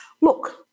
look